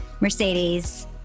Mercedes